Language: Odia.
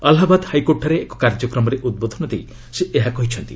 ଆଲାହାବାଦ ହାଇକୋର୍ଟଠାରେ ଏକ କାର୍ଯ୍ୟକ୍ରମରେ ଉଦ୍ବୋଧନ ଦେଇ ସେ ଏହା କହିଛନ୍ତି